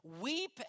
weep